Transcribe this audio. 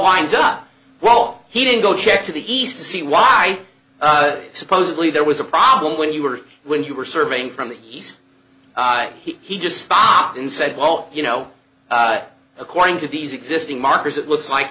lines up well he didn't go check to the east to see why supposedly there was a problem when you were when you were serving from the east he just stopped and said well you know according to these existing markers it looks like